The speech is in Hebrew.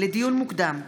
לדיון מוקדם,